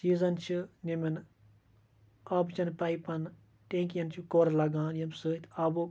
چیٖزَن چھِ یِمَن آبہٕ چَن پایپَن ٹینٛکِیَن چھُ کورٕ لَگان ییٚمہِ سۭتۍ آبُک